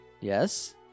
Yes